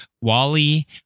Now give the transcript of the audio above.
Wally